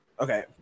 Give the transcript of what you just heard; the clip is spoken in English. Okay